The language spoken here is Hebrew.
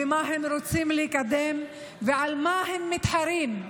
ומה הם רוצים לקדם ועל מה הם מתחרים.